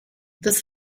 this